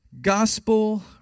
gospel